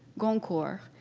goncourt,